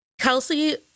kelsey